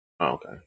Okay